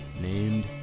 named